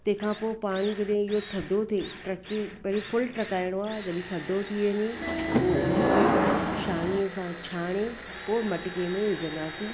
तंहिं खां पोइ पाणी जॾहिं इहो थधो थिए टहकी वरी फुल टहकाइणो आहे वरी थधो थी वञे पोइ उनखे छाणीअ सां छाणे पोइ मटके में विझंदासीं